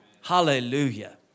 Hallelujah